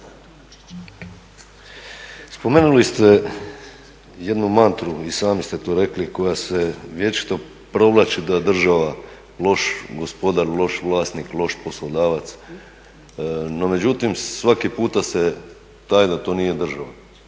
Spomenuli ste jednu mantru i sami ste to rekli koja se vječito provlači da je država loš gospodar, loš vlasnik, loš poslodavac no međutim svaki puta se taji da to nje država.